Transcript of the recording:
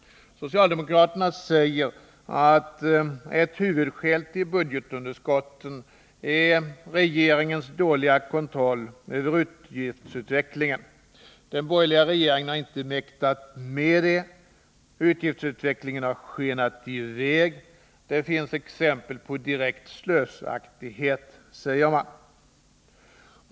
Socialdemokraterna säger att ett huvudskäl till budgetunderskotten är regeringens dåliga kontroll över utgiftsutvecklingen. Den borgerliga regeringen har inte mäktat med den uppgiften. Utgiftsutvecklingen har skenat i väg. Det finns exempel på direkt slösaktighet, säger man.